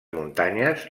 muntanyes